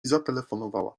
zatelefonowała